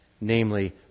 Namely